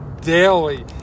daily